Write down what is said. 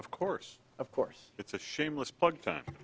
of course of course it's a shameless plug time